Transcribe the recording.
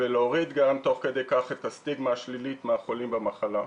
ולהוריד גם תוך כדי כך את הסטיגמה שלילית מהחולים במחלה,